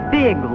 big